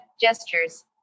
Gestures